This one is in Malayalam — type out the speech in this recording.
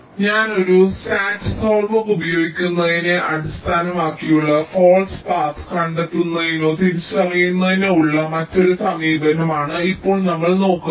അതിനാൽ ഒരു SAT സോൾവർ ഉപയോഗിക്കുന്നതിനെ അടിസ്ഥാനമാക്കിയുള്ള ഫാൾസ് പാത കണ്ടെത്തുന്നതിനോ തിരിച്ചറിയുന്നതിനോ ഉള്ള മറ്റൊരു സമീപനമാണ് ഇപ്പോൾ നമ്മൾ നോക്കുന്നത്